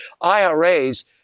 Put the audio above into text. IRAs